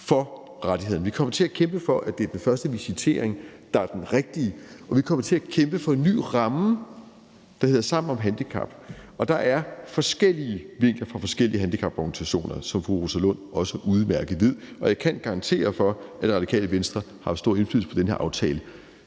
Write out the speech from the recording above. for rettighederne, vi kommer til at kæmpe for, at det er den første visitering, der er den rigtige, og vi kommer til at kæmpe for en ny ramme, der hedder Sammen om handicap. Der er forskellige vinkler fra forskellige handicaporganisationer, som fru Rosa Lund også udmærket ved, og jeg kan garantere for, at Radikale Venstre har haft stor indflydelse på den her aftale.